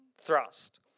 thrust